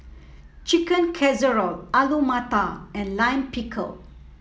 Chicken Casserole Alu Matar and Lime Pickle